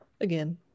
again